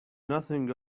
nothing